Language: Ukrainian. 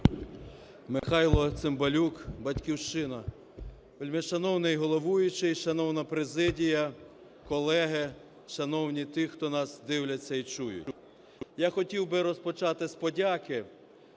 Михайло Цимбалюк, "Батьківщина". Вельмишановний головуючий, шановна президія, колеги шановні, ті, хто нас дивляться і чують, я хотів би розпочати з подяки,